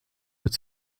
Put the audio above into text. wird